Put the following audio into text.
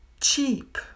Cheap